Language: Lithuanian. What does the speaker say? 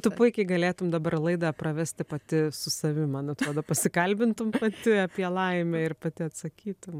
tu puikiai galėtum dabar laidą pravesti pati su savim man atrodo pasikalbintum pati apie laimę ir pati atsakytum